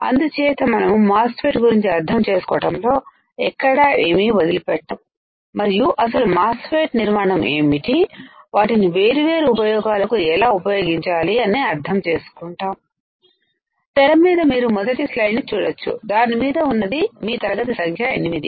అందుచేత మనము MOSFET గురించి అర్థం చేసుకోవటంలో ఎక్కడ ఏమి వదిలి పెట్టం మరియు అసలు మాస్ ఫెట్ నిర్మాణము ఏమిటి వాటిని వేరు వేరు ఉపయోగాలకు ఎలా ఉపయోగించాలి అని అర్థం చేసుకుంటాం తెరమీద మీరు మొదటి స్లైడ్ ని చూడొచ్చు దానిమీద ఉన్నది మీ తరగతి సంఖ్య 8